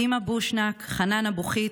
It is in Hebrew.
דימה בושנאק, חנאן אבו ח'יט,